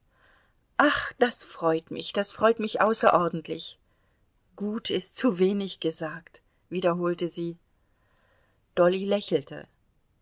ach das freut mich das freut mich außerordentlich gut ist zuwenig gesagt wiederholte sie dolly lächelte